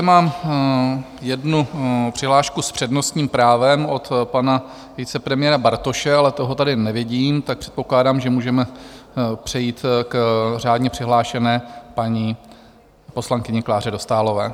Mám zde jednu přihlášku s přednostním právem od pana vicepremiéra Bartoše, ale toho tady nevidím, tak předpokládám, že můžeme přejít k řádně přihlášené paní poslankyni Kláře Dostálové.